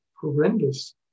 horrendous